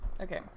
Okay